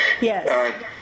Yes